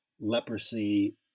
leprosy